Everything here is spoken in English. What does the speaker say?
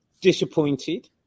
disappointed